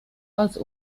als